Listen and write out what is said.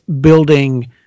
building